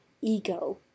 ego